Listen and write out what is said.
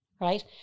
Right